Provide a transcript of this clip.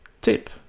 Tip